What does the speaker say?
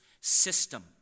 system